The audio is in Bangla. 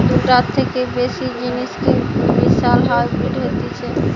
দুটার থেকে বেশি জিনিসকে মিশালে হাইব্রিড হতিছে